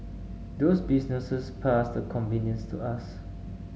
those businesses pass the convenience to us